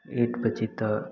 eight बजे तक